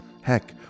Heck